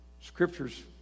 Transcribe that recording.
Scripture's